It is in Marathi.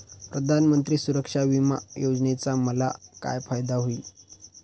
प्रधानमंत्री सुरक्षा विमा योजनेचा मला काय फायदा होईल?